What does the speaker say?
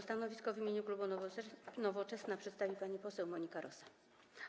Stanowisko w imieniu klubu Nowoczesna przedstawi pani poseł Monika Rosa.